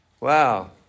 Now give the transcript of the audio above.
Wow